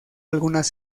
algunas